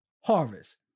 harvest